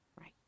Right